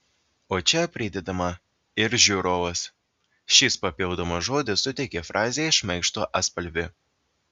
o čia pridedama ir žiūrovas šis papildomas žodis suteikia frazei šmaikštų atspalvį